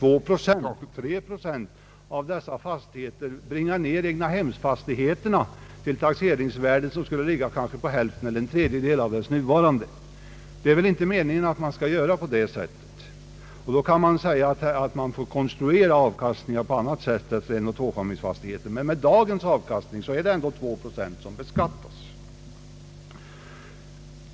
inte är avdragsgilla, skulle ändå en kapitalisering av avkastningen — nu 2 eller 3 procent på dessa fastigheter — bringa ned taxeringsvärdena för egnahemsfastigheterna till hälften eller en tredjedel av nuvarande. Det är väl inte meningen att man skall göra på det sättet. Då kan man säga att man får konstruera avkastningar på annat sätt för enoch tvåfamiljsfastigheter. Men med dagens avkastning är det ändå 2 procent som beskattas.